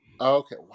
okay